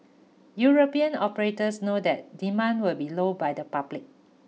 European operators know that demand will be low by the public